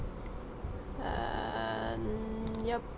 um ya